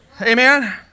Amen